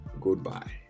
Goodbye